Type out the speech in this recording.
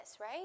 right